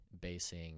basing